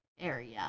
area